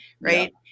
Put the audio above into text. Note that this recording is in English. Right